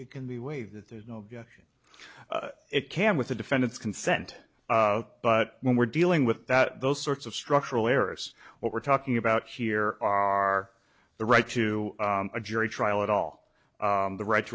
it can be waived that there's no objection it can with the defendant's consent but when we're dealing with that those sorts of structural errors what we're talking about here are the right to a jury trial at all the right